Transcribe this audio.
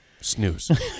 snooze